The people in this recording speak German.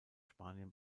spanien